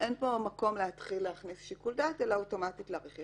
אין פה מקום להכניס שיקול דעת אלא אוטומטית להאריך.